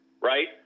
right